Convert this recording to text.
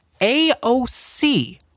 AOC